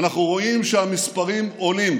אנחנו רואים שהמספרים עולים,